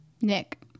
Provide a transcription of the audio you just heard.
Nick